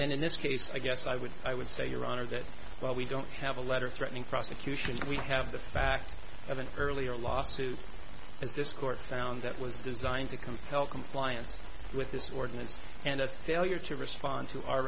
and in this case i guess i would i would say your honor that well we don't have a letter threatening prosecution we have the fact of an earlier lawsuit as this court found that was designed to compel compliance with this ordinance and a failure to respond to our